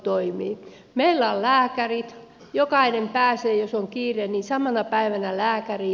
meillä on lääkärit jokainen pääsee jos on kiire samana päivänä lääkäriin